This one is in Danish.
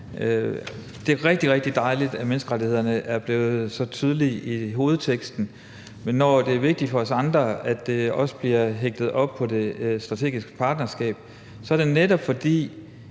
rigtig, rigtig dejligt, at menneskerettighederne er blevet så tydelige i hovedteksten, men når det er vigtigt for os andre, at det også bliver hægtet op på det strategiske partnerskab, er det, netop fordi